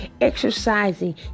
exercising